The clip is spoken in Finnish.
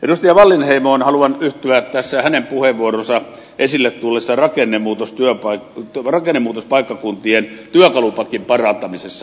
edustaja wallinheimoon haluan yhtyä hänen puheenvuorossaan esille tulleessa rakennemuutospaikkakuntien työkalupakin parantamisessa